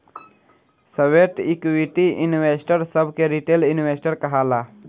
sweat equity investor सभ के retail investor कहाला